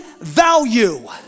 value